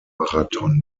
marathon